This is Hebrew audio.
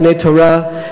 בני-תורה,